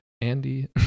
Andy